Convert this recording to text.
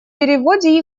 переводе